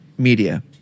media